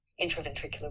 intraventricular